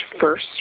first